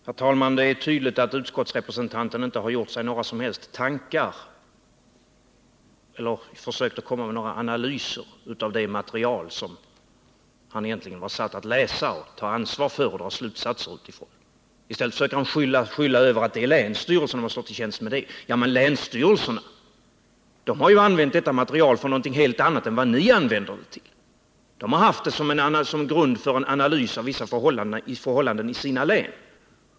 Herr talman! Det är tydligt att utskottsrepresentanten inte har haft några som helst tankar eller försökt komma med några analyser av det material som han egentligen är satt att läsa, ta ansvar för och dra slutsatser ur. I stället försöker han skylla på länsstyrelserna, som skall stå till tjänst med detta. Ja, men länsstyrelserna har ju använt detta material för något helt annat. De har haft det såsom en grund för en analys av vissa förhållanden i sina län.